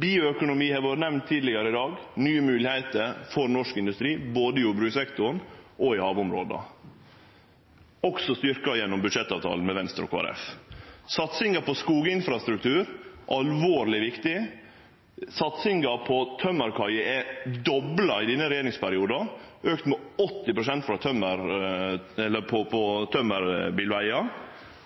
Biøkonomi har vore nemnt tidlegare i dag, nye moglegheiter for norsk industri, både i jordbrukssektoren og i havområda, noko som også er styrkt gjennom budsjettavtalen med Venstre og Kristeleg Folkeparti. Satsinga på skoginfrastruktur er alvorleg viktig, satsinga på tømmerkaier er dobla i denne regjeringsperioden, og satsinga på tømmerbilvegar er auka med